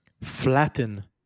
flatten